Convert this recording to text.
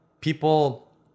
people